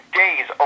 days